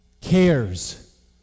cares